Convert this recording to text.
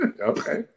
Okay